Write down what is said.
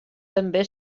també